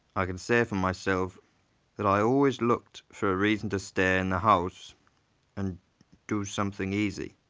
i could say for myself that i always looked for a reason to stay in the house and do something easy.